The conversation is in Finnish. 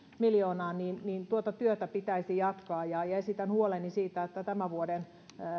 miljoonaan niin niin tuota työtä pitäisi jatkaa esitän huoleni siitä että tämän vuoden